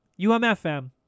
umfm